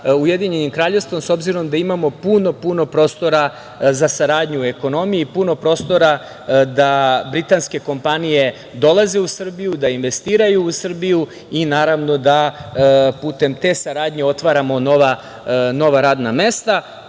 partnerstvo sa UK, s obzirom da imamo puno, puno prostora za saradnju u ekonomiji i puno prostora da britanske kompanije dolaze u Srbiju, da investiraju u Srbiju i, naravno, da putem te saradnje otvaramo nova radna